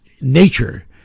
nature